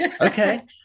Okay